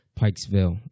Pikesville